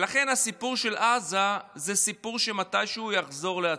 ולכן הסיפור הזה זה סיפור שמתישהו יחזור על עצמו.